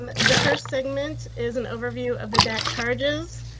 um the first segment is an overview of the deck charges.